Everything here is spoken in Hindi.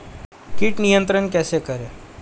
कीट नियंत्रण कैसे करें?